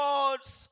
God's